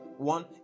One